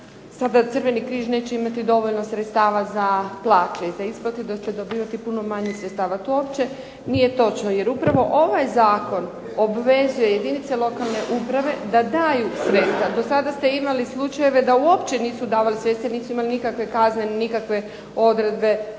sada Crveni križ neće imati dovoljno sredstava za plaće. ... da će dobivati puno manje sredstava. To uopće nije točno, jer upravo ovaj zakon obvezuje jedinice lokalne uprave da daju sredstva. Do sada ste imali slučajeve da uopće nisu davali sredstva, nisu imali nikakve kazne, nikakve odredbe